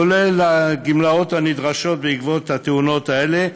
כולל הגמלאות הנדרשות בעקבות התאונות האלה,